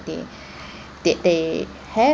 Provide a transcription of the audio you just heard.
they that they have